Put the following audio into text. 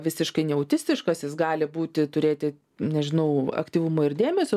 visiškai ne autistiškas jis gali būti turėti nežinau aktyvumo ir dėmesio